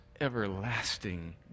everlasting